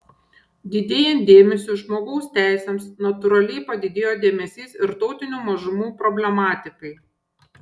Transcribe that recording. didėjant dėmesiui žmogaus teisėms natūraliai padidėjo dėmesys ir tautinių mažumų problematikai